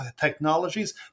technologies